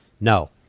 No